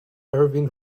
erwin